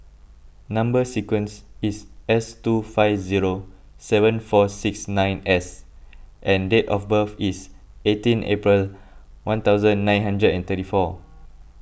Number Sequence is S two five zero seven four six nine S and date of birth is eighteen April one thousand and nine hundred and thirty four